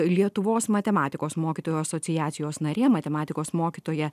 lietuvos matematikos mokytojų asociacijos narė matematikos mokytoja